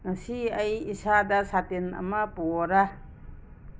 ꯉꯁꯤ ꯑꯩ ꯏꯁꯥꯗ ꯁꯥꯇꯤꯟ ꯑꯃ ꯄꯨꯔꯣꯔꯥ